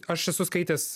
aš esu skaitęs